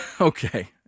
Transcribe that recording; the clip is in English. Okay